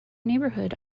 neighbourhood